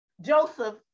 Joseph